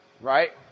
Right